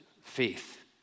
faith